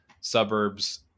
suburbs